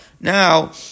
Now